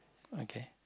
okay